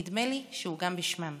נדמה לי שהוא גם בשמם.